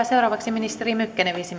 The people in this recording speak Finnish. seuraavaksi ministeri mykkänen viisi